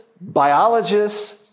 biologists